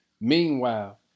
Meanwhile